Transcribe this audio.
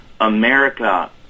America